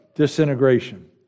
Disintegration